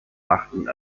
machten